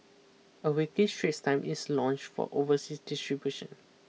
a weekly Straits Time is launch for overseas distribution